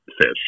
fish